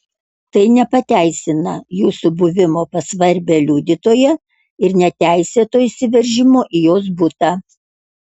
tai nepateisina jūsų buvimo pas svarbią liudytoją ir neteisėto įsiveržimo į jos butą